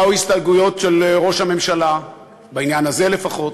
באו הסתייגויות של ראש הממשלה, בעניין הזה לפחות,